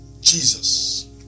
Jesus